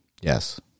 Yes